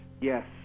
Yes